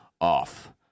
off